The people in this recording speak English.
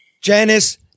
Janice